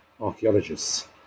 archaeologists